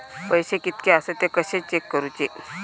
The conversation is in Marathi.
पैसे कीतके आसत ते कशे चेक करूचे?